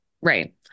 Right